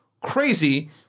crazy